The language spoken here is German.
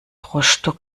rostock